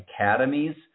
academies